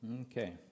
Okay